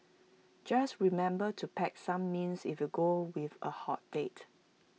just remember to pack some mints if you go with A hot date